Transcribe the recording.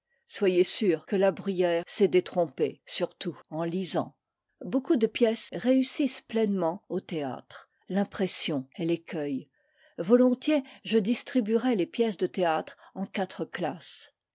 soyez sûr que la bruyère s'est détrompé surtout en lisant beaucoup de pièces réussissent pleinement au théâtre l'impression est l'écueil volontiers je distribuerais les pièces de théâtre en quatre classes